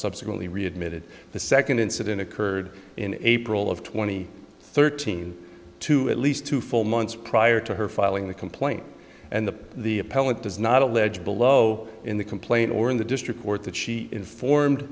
subsequently re admitted the second incident occurred in april of twenty thirteen to at least two full months prior to her filing the complaint and the the appellant does not allege below in the complaint or in the district court that she informed